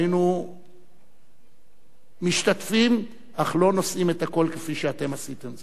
היינו משתתפים אך לא נושאים את הקול כפי שאתם עשיתם זאת.